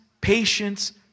patience